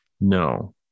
no